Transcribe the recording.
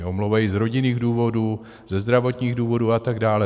Omlouvají z rodinných důvodů, ze zdravotních důvodů a tak dále.